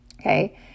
okay